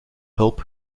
hulp